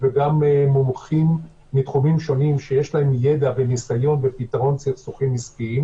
וגם מומחים מתחומים שונים שיש להם ידע וניסיון בפתרון סכסוכים עסקיים,